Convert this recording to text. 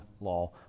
law